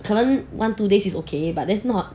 可能 one two days is okay but there's not